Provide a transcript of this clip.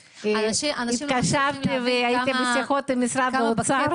התקשרתי והייתי בשיחות עם משרד האוצר.